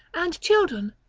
and children,